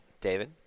David